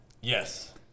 Yes